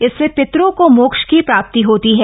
इससे पितरों के मोक्ष की प्राप्ति होती है